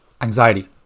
anxiety